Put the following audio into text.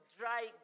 dry